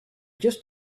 just